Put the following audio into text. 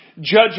judge